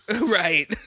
Right